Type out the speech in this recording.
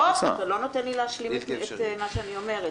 עודד, אתה לא נותן לי להשלים את מה שאני אומרת.